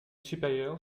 supérieur